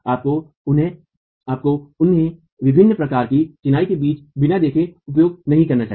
आपको उन्हें आपको उन्हें विभिन्न प्रकार की चिनाई के बीच बिना देखे उपयोग नहीं करना चाहिए